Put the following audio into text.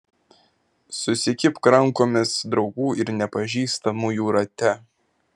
susikibk rankomis draugų ir nepažįstamųjų rate